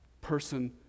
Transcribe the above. person